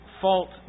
fault